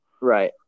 Right